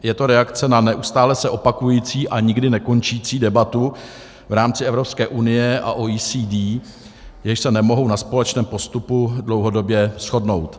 Je to reakce na neustále se opakující a nikdy nekončící debatu v rámci Evropské unie a OECD, jež se nemohou na společném postupu dlouhodobě shodnout.